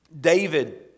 David